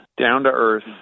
down-to-earth